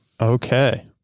Okay